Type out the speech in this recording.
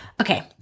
Okay